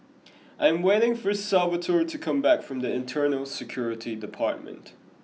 I am waiting for Salvatore to come back from Internal Security Department